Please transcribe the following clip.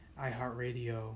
iHeartRadio